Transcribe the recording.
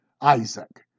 Isaac